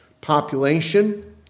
population